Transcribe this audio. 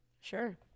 Sure